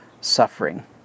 suffering